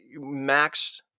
max